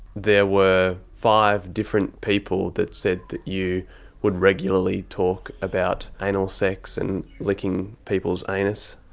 there were five different people that said that you would regularly talk about anal sex and licking people's anus.